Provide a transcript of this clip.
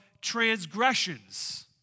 transgressions